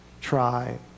try